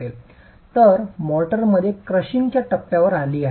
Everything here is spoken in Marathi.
तर मोर्टार मध्ये क्रशिंग त्या टप्प्यावर आली आहे